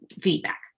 feedback